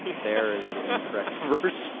their is the incorrect version